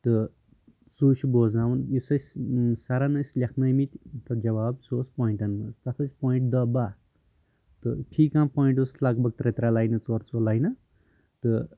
تہٕ سُے چھُ بوزناوُن یُس أسۍ سَرن ٲسۍ لٮ۪کھنٲومٕتۍ تتھ جواب سُہ اوس پویٚنٛٹن منٛز تَتھ ٲسۍ پویٚنٛٹ دہ باہہ تہٕ فی کانٛہہ پویٚنٛٹ اوس لگ بگ ترے ترے لَینہٕ ژورژور لینہٕ تہٕ